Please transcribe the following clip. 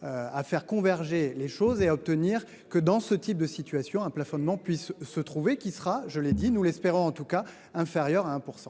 À faire converger les choses et à obtenir que dans ce type de situation, un plafonnement puisse se trouver qui sera, je l'ai dit, nous l'espérons en tout cas inférieur à 1%.